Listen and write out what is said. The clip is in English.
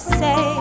say